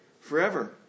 forever